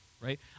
right